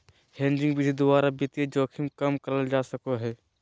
hedging विधि द्वारा वित्तीय जोखिम कम करल जा सको हय